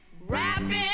rapping